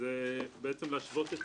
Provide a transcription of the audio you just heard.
והוא נועד להשוות את